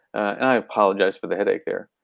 i apologize for the headache there.